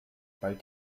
bald